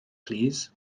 plîs